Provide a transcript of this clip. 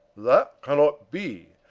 that cannot be,